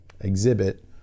exhibit